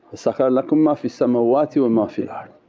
sakhkhara lakum ma fis samawati wa ma fil ard.